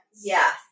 Yes